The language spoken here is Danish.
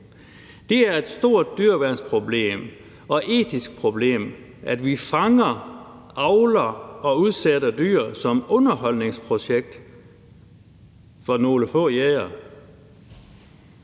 Det er et stort dyreværnsproblem og etisk problem, at vi fanger, avler og udsætter dyr som underholdningsobjekter for nogle få jægere.«